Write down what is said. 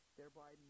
thereby